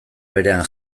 berean